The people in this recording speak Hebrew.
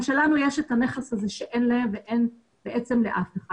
שלנו יש את הנכס הזה שאין להם ובעצם אין לאף אחד.